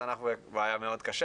אז אנחנו בבעיה קשה מאוד.